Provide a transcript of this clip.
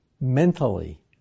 mentally